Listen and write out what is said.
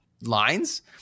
lines